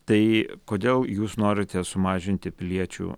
tai kodėl jūs norite sumažinti piliečių